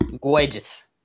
gorgeous